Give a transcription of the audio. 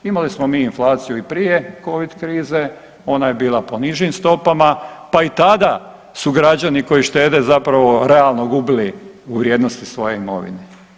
Imali smo inflaciju i prije covid krize, ona je bila po nižim stopama, pa i tada su građani koji štede zapravo realno gubili u vrijednosti svoje imovine.